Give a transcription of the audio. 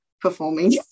performing